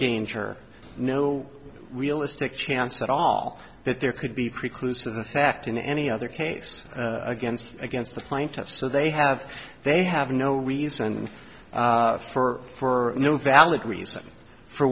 danger no realistic chance at all that there could be recluse of the fact in any other case against against the plaintiff so they have they have no reason for no valid reason for